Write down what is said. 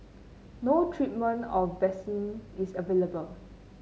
no treatment or vaccine is available